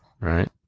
Right